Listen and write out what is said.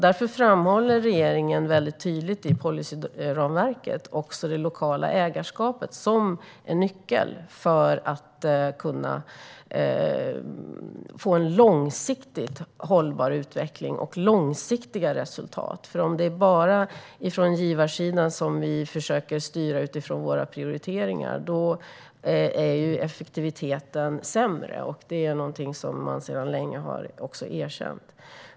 Därför framhåller regeringen tydligt i policyramverket också det lokala ägarskapet som en nyckel för att kunna få en långsiktigt hållbar utveckling och långsiktiga resultat. Om det bara är från givarsidan som vi försöker styra utifrån våra prioriteringar är effektiviteten sämre. Det är någonting som man sedan länge också har erkänt.